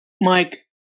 Mike